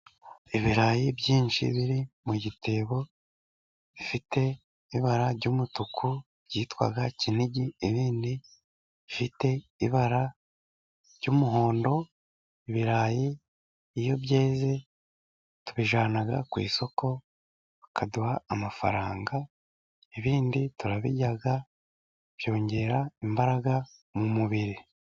Ibirayi byinshi biri mu gitebo bifite ibara ry'umutuku byitwa kinigi, ibindi bifite ibara ry'umuhondo . Ibirayi iyo byeze tubijyana ku isoko bakaduha amafaranga, ibindi turabirya byongera imbaraga mu mubiri.